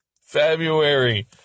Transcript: February